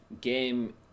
game